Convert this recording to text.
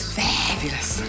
fabulous